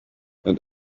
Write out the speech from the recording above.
and